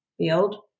field